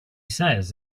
says